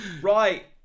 right